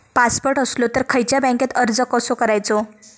Passport असलो तर खयच्या बँकेत अर्ज कसो करायचो?